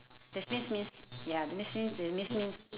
demise means ya demise means demise means